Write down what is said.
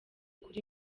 kuri